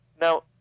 now